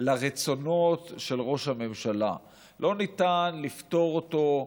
לרצונות של ראש הממשלה, לא ניתן לפטור אותו,